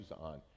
on